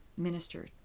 Minister